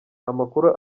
amakuru